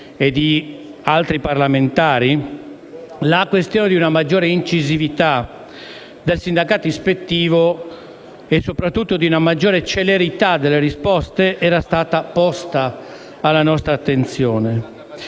e di altri parlamentari la questione di una maggiore incisività del sindacato ispettivo e, soprattutto, di una maggiore celerità delle risposte era stata posta alla nostra attenzione.